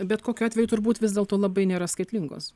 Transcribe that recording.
bet kokiu atveju turbūt vis dėlto labai nėra skaitlingos